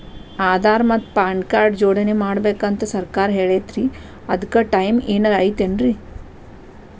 ಆಧಾರ ಮತ್ತ PAN card ನ ಜೋಡಣೆ ಮಾಡ್ಬೇಕು ಅಂತಾ ಸರ್ಕಾರ ಹೇಳೈತ್ರಿ ಅದ್ಕ ಟೈಮ್ ಏನಾರ ಐತೇನ್ರೇ?